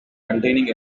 containing